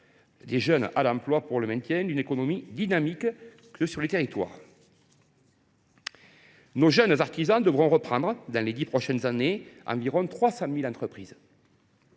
des jeunes à l’emploi et contribuant à maintenir une économie dynamique dans les territoires. Nos jeunes artisans devront reprendre, dans les dix prochaines années, environ 300 000 entreprises,